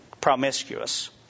promiscuous